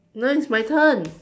no it's my turn